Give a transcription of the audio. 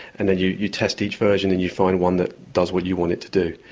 and then you you test each version and you find one that does what you want it to do.